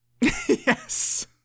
Yes